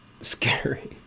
scary